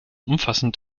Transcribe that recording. umfassend